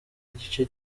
igice